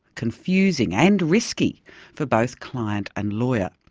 confusing and risky for both client and lawyer.